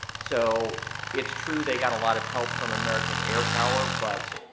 so it's true they got a lot of help from american air power, but